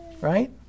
Right